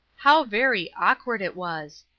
how very awkward it was!